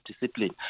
discipline